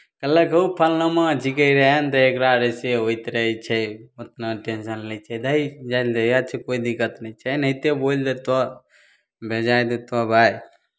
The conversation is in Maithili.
कहलक हौ फलनामा छिकै रहए तऽ एकरा ऐसे होइत रहै छै ओतना टेंशन लै छै दही जाय लेल दही उएह छै कोइ दिक्कत नहि छै एनाहिते बोलि देतहु बेजाय देतहु भाय